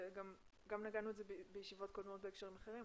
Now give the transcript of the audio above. וגם נגענו בזה בישיבות קודמות בהקשרים אחרים,